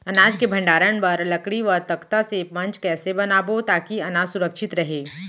अनाज के भण्डारण बर लकड़ी व तख्ता से मंच कैसे बनाबो ताकि अनाज सुरक्षित रहे?